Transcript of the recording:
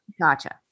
Gotcha